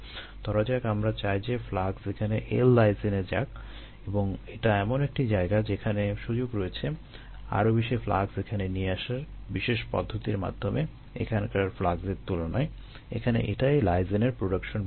ধরা যাক আমরা চাই যে ফ্লাক্স এখানে l লাইসিনে যাক এবং এটা এমন একটি জায়গা যেখানে সুযোগ রয়েছে আরো বেশি ফ্লাক্স এখানে নিয়ে আসার বিশেষ পদ্ধতির মাধ্যমে এখানকার ফ্লাক্সের তুলনায় এখানে এটাই l লাইসিনের প্রোডাকশন বৃদ্ধি করবে